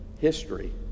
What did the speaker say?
history